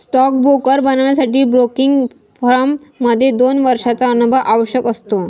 stock broker बनण्यासाठी broking firm मध्ये दोन वर्षांचा अनुभव आवश्यक असतो